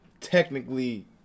technically